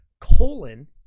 colon